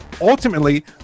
ultimately